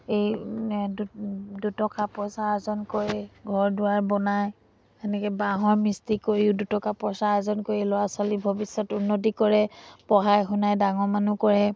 এই দুটকা পইচা আৰ্জন কৰে ঘৰ দুৱাৰ বনাই সেনেকৈ বাঁহৰ মিস্ত্ৰী কৰিও দুটকা পইচা আৰ্জন কৰি ল'ৰা ছোৱালীৰ ভৱিষ্যত উন্নতি কৰে পঢ়াই শুনাই ডাঙৰ মানুহ কৰে